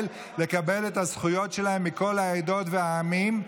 לקבל את הזכויות שלהם מכל העדות והעמים.